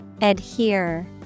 Adhere